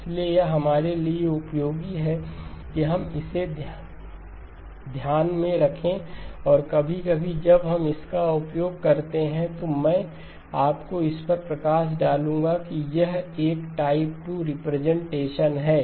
इसलिए यह हमारे लिए उपयोगी है कि हम इसे ध्यान में रखें और कभी कभी जब हम इसका उपयोग करते हैं तो मैं आपको इस पर प्रकाश डालूंगा कि यह एक टाइप 2 रिप्रेजेंटेशन है